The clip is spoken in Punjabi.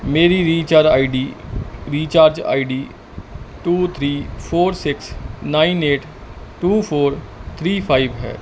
ਮੇਰੀ recharge I D recharge I D two three four six nine eight two four three five ਹੈ